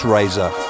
Razor